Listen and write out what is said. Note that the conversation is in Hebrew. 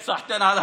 סחתיין.